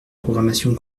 programmation